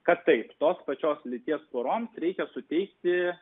kad taip tos pačios lyties poroms reikia suteikti